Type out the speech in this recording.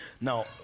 Now